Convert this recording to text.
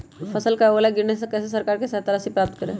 फसल का ओला गिरने से कैसे सरकार से सहायता राशि प्राप्त करें?